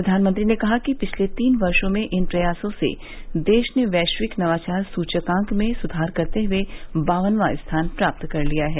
प्रधानमंत्री ने कहा कि पिछले तीन वर्षो में इन प्रयासों से देश ने वैश्विक नवाचार सूचकांक में सुधार करते हुए बावनवां स्थान प्राप्त कर लिया है